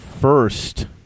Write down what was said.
first